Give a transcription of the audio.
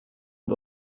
und